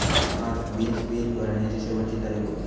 आज वीज बिल भरण्याची शेवटची तारीख होती